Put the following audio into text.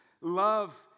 love